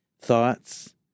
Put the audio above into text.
thoughts